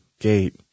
gate